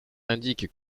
indiquent